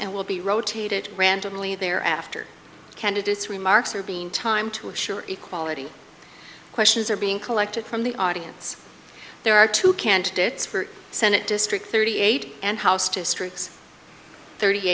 and will be rotated randomly there after the candidates remarks are being time to assure equality questions are being collected from the audience there are two candidates for senate district thirty eight and house districts thirty